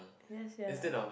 yes sia